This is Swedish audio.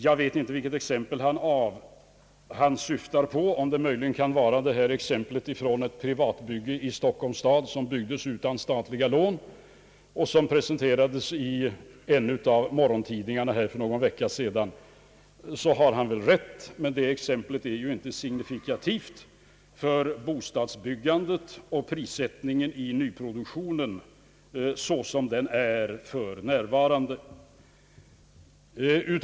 Jag vet inte vilket fall han syftar på, men det kan möjligen vara ett privathus i Stockholm som byggts utan statliga lån och som presenterades i en av morgontidningarna för någon vecka sedan. I så fall har han väl rätt, men det exemplet är inte signifikativt för prissättningen i en nyproduktion.